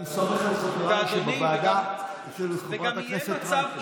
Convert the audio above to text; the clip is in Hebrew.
אני סומך על חבריי שבוועדה ועל חברת הכנסת רייטן.